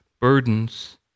burdens